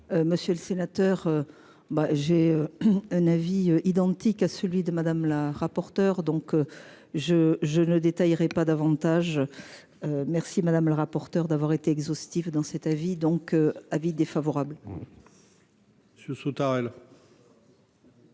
Monsieur le sénateur. Bah j'ai un avis identique à celui de Madame la rapporteure donc je je ne détaillerai pas davantage. Merci madame le rapporteur d'avoir été exhaustif dans cet avis donc avis défavorable.--